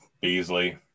Beasley